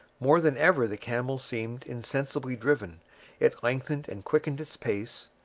more than ever the camel seemed insensibly driven it lengthened and quickened its pace,